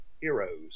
Heroes